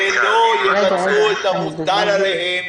הם לא יבצעו את המוטל עליהם,